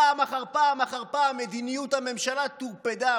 פעם אחר פעם אחר פעם את מדיניות הממשלה טורפדה,